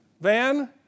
Van